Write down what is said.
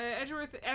Edgeworth